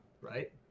Right